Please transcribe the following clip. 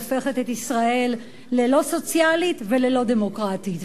הופכת את ישראל ללא סוציאלית ולא דמוקרטית.